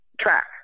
track